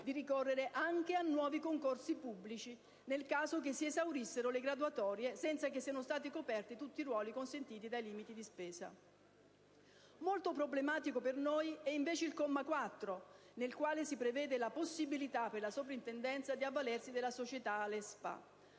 di ricorrere anche a nuovi concorsi pubblici nel caso che si esaurissero le graduatorie senza che siano stati coperti tutti i ruoli consentiti dai limiti di spesa. Molto problematico per noi è, invece, il comma 4, nel quale si prevede la possibilità per la soprintendenza di avvalersi della società ALES